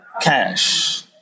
cash